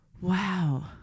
wow